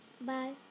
Bye